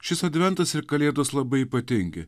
šis adventas ir kalėdos labai ypatingi